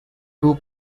two